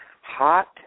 hot